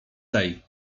tej